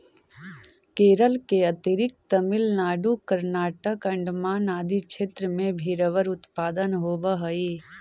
केरल के अतिरिक्त तमिलनाडु, कर्नाटक, अण्डमान आदि क्षेत्र में भी रबर उत्पादन होवऽ हइ